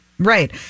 right